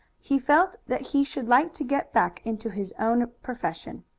he felt that he should like to get back into his own profession.